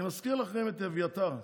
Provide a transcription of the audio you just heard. אני מזכיר לכם את אביתר.